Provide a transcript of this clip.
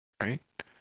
right